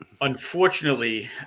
Unfortunately